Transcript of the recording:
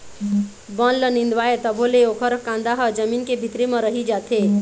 बन ल निंदवाबे तभो ले ओखर कांदा ह जमीन के भीतरी म रहि जाथे